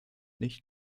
nicht